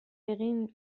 egin